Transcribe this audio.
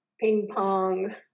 ping-pong